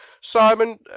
Simon